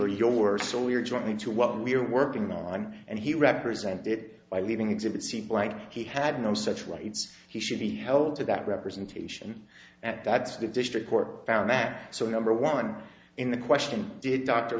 are yours so we're jointly to what we're working on and he represented by leaving exhibit seemed like he had no such rights he should be held to that representation that that's the district court found that so number one in the question did dr